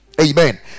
Amen